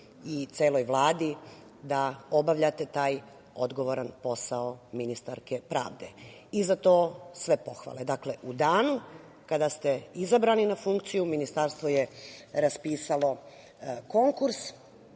i celoj Vladi da obavljate taj odgovoran posao ministarke pravde. I za to sve pohvale.U danu kada ste izabrani na funkciju, ministarstvo je raspisalo konkurs.